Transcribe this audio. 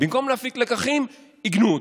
ובמקום להפיק לקחים עיגנו אותם.